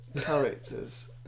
Characters